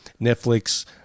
Netflix